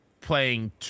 playing